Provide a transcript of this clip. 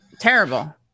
terrible